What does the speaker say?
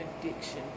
addiction